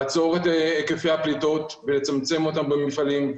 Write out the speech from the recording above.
לעצור את היקפי הפליטות ולצמצם אותן במפעלים,